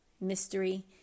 mystery